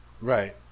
Right